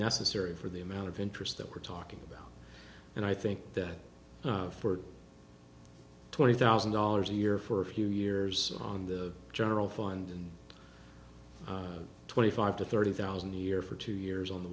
necessary for the amount of interest that we're talking about and i think that for twenty thousand dollars a year for a few years on the general fund twenty five to thirty thousand a year for two years on the